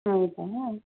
ಹೌದಾ